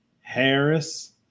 Harris